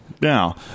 Now